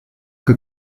que